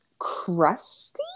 crusty